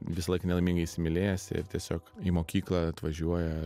visąlaik nelaimingai įsimylėjęs ir tiesiog į mokyklą atvažiuoja